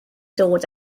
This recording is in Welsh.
dod